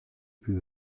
plus